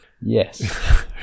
Yes